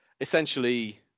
essentially